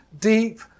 deep